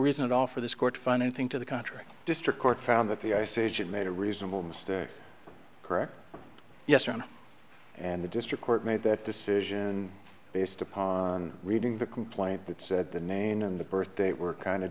reason at all for this court to find anything to the contrary district court found that the ice age made a reasonable mr correct yes or no and the district court made that decision based upon reading the complaint that said the name in the birthday were kind of